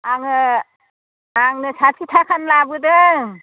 आङो आंनो साथि थाखानि लाबोदों